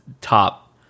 top